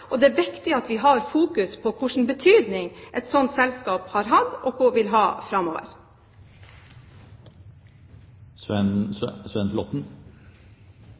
det er viktig at vi fokuserer på hvilken betydning et slikt selskap har hatt og vil ha